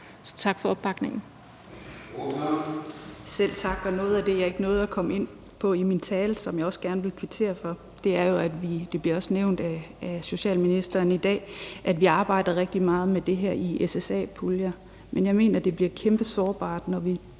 Så tak for opbakningen.